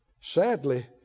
Sadly